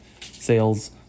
sales